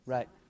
Right